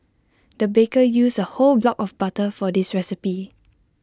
the baker used A whole block of butter for this recipe